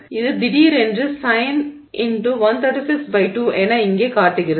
இது திடீரென்று Sin 1362 என இங்கே காட்டுகிறது